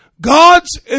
God's